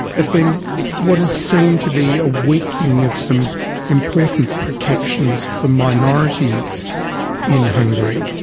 have been what is seen to be a weakening of some important protections for minorities in hungary.